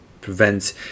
prevents